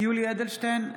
יולי יואל אדלשטיין,